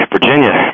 Virginia